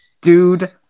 Dude